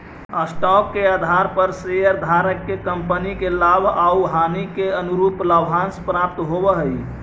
stock के आधार पर शेयरधारक के कंपनी के लाभ आउ हानि के अनुरूप लाभांश प्राप्त होवऽ हई